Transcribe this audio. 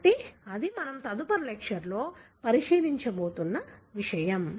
కాబట్టి అది మనం తదుపరి లెక్చర్లో పరిశీలించబోతున్న విషయం